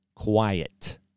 quiet